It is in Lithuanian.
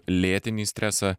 lėtinį stresą